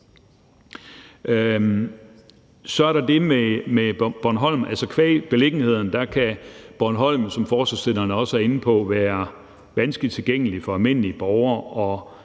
Så er der det med Bornholm. Qua beliggenheden kan Bornholm, som forslagsstillerne også er inde på, være vanskeligt tilgængelig for almindelige borgere, og